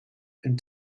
and